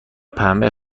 پنبه